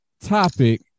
topic